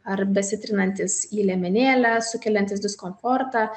ar besitrinantis į liemenėlę sukeliantis diskomfortą